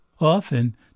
Often